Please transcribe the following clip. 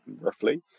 roughly